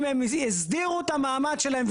אם הם הסדירו את המעמד שלהם,